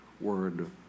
word